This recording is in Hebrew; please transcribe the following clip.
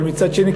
אבל מצד שני,